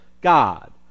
God